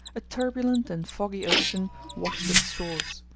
a turbulent and foggy ocean washed its shores.